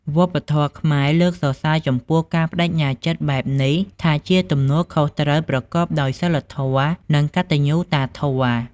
វប្បធម៌ខ្មែរលើកសរសើរចំពោះការប្តេជ្ញាចិត្តបែបនេះថាជាទំនួលខុសត្រូវប្រកបដោយសីលធម៌ និងកត្តញ្ញូតាធម៌។